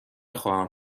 خواهم